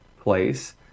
place